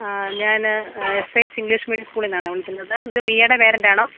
ആ ഞാൻ F A S English medium സ്കൂളിൽ നിന്നാണ് വിളിക്കുന്നത് ഇത് മീയയുടെ പേരൻ്റ് ആണോ